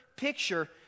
Picture